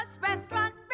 Restaurant